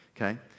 okay